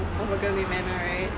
of a girl named anna right